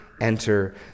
enter